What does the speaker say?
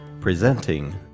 presenting